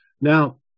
Now